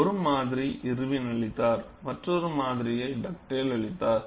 ஒரு மாடலை இர்வின் அளித்தார் மற்றொரு மாதிரியை டக்டேல் அளித்தார்